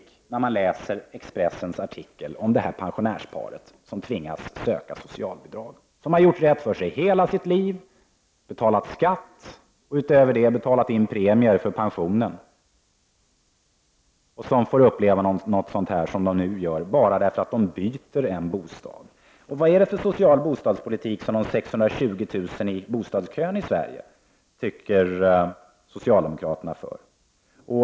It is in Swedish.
Det undrar man när man läser Expressens artikel om pensionärsparet som tvingas söka socialbidrag — som har gjort rätt för sig hela sitt liv, betalat skatt och utöver detta har betalat in premier för pensioner — och som får uppleva det som de nu gör bara därför att de bytt bostad. Vad är det för social bostadspolitik, undrar de 620 000 i bostadskön, som socialdemokraterna för?